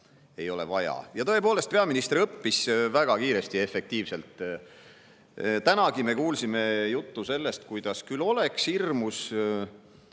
ei ole vaja. Tõepoolest, peaminister õppis väga kiiresti ja efektiivselt. Tänagi me kuulsime juttu sellest, kuidas oleks küll hirmus